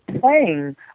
playing